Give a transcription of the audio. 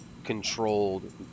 controlled